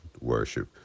worship